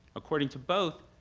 according to both,